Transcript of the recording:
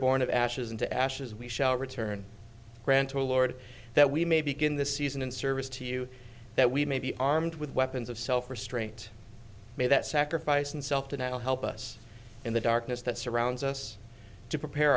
born of ashes into ashes we shall return granta lord that we may begin the season in service to you that we may be armed with weapons of self restraint may that sacrifice and self denial help us in the darkness that surrounds us to prepare